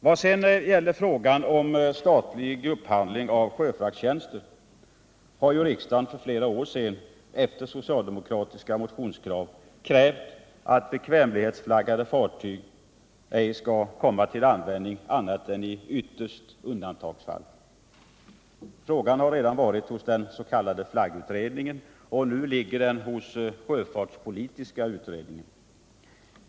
Vad sedan gäller frågan om statlig upphandling av sjöfraktstjänster har ju riksdagen för flera år sedan efter socialdemokratiska motionskrav begärt att bekvämlighetsflaggade fartyg ej skall få komma till användning annat än i yttersta undantagsfall. Frågan har redan varit hos den s.k. flaggutredningen. Nu ligger den hos sjöfartspolitiska utredningen.